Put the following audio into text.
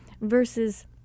versus